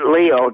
Leo